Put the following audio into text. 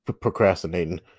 procrastinating